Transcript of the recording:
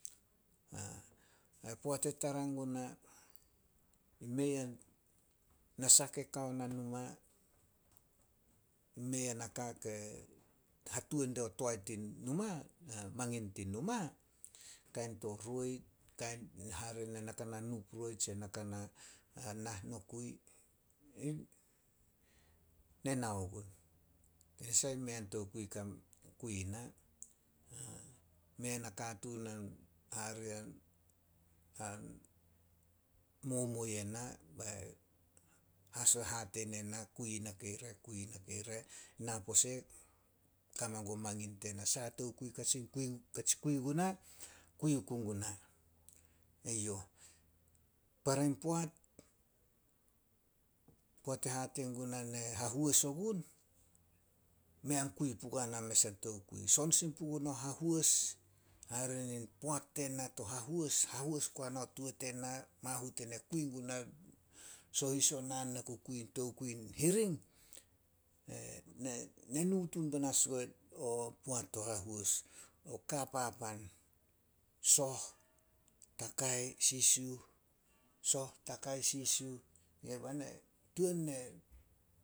Ai poat e tara guna mei a nasah ke kao na numa, mei a naka ke hatuan dia mangin tin numa, kain to roi, hare ne na kana nup roi tse na ka na nah nokui, ne nao gun. Tanasah mei an tokui kan kui na. Mei a nakatuun a hare an- an momuo yena bai hate ne na kui nakei re- kui nakei re. Na pose kame guo mangin tena, saha tokui katsi kui- katsi kui guna, kui oku guna, eyouh. Para in poat, poat e hate guna na hahois ogun, mei an kui pugua na mes an tokui. Son sin puguna hahois, hare nin poat tena to hahois, hahois guana tuo tena mahut ena kui gunai, sohis o naan na ku kui in tokui hiring, ne nu tun panas guo poat to hahois. O ka papan, soh, takai, sisiuh- soh, takai, sisiuh tuan ne